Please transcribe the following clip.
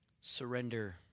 surrender